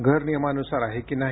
घर नियमानुसार आहे किंवा नाही